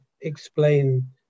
explain